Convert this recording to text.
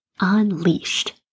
unleashed